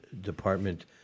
department